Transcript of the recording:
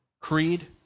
creed